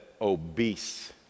obese